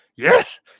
Yes